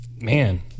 man